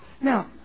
Now